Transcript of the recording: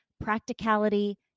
practicality